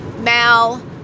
Mal